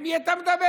נגד מי אתה מדבר?